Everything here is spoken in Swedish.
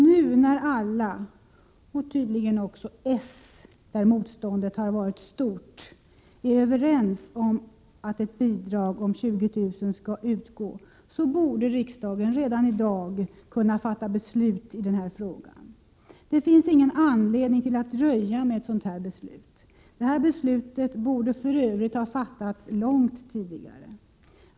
Nu när alla, tydligen också socialdemokraterna, där motståndet har varit stort, är överens om att ett bidrag om 20 000 kr. skall utgå, borde riksdagen redan i dag kunna fatta beslut i frågan. Det finns ingen anledning till att dröja med ett sådant beslut. Det borde för övrigt ha fattats långt tidigare.